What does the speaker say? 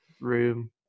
room